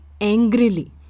angrily